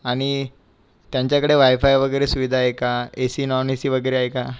आणि त्यांच्याकडे वायफाय वगैरे सुविधा आहे का A C non A C वगैरे आहे का